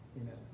amen